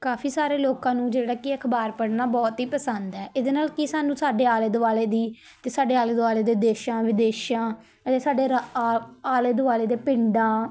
ਕਾਫੀ ਸਾਰੇ ਲੋਕਾਂ ਨੂੰ ਜਿਹੜਾ ਕਿ ਅਖ਼ਬਾਰ ਪੜ੍ਹਨਾ ਬਹੁਤ ਹੀ ਪਸੰਦ ਹੈ ਇਹਦੇ ਨਾਲ ਕੀ ਸਾਨੂੰ ਸਾਡੇ ਆਲੇ ਦੁਆਲੇ ਦੀ ਅਤੇ ਸਾਡੇ ਆਲੇ ਦੁਆਲੇ ਦੇ ਦੇਸ਼ਾਂ ਵਿਦੇਸ਼ਾਂ ਅਤੇ ਸਾਡੇ ਰਾ ਆਲੇ ਦੁਆਲੇ ਦੇ ਪਿੰਡਾਂ